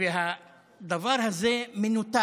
והדבר הזה מנותק.